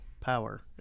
power